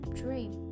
dream